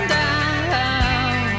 down